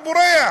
הוא בורח.